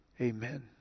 amen